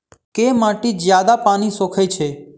केँ माटि जियादा पानि सोखय छै?